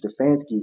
Stefanski